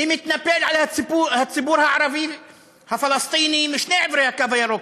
מי מתנפל יותר על הציבור הערבי הפלסטיני משני עברי הקו הירוק,